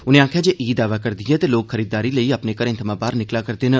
उनें आखेआ जे ईद आवै करदी ऐ ते लोक खरीददारी लेई अपने घरें थमां बाह्र निकला करदे न